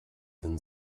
than